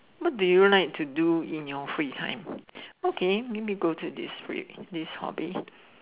what do you like to do in your free time okay maybe go to this free hobby